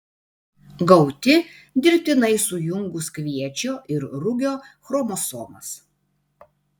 gauti dirbtinai sujungus kviečio ir rugio chromosomas